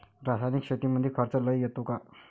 रासायनिक शेतीमंदी खर्च लई येतो का?